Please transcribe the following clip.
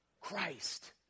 Christ